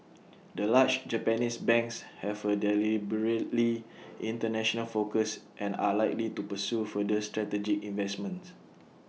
the large Japanese banks have A deliberately International focus and are likely to pursue further strategic investments